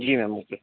ji ma'am okay